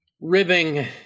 ribbing